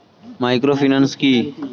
Microfinance কি?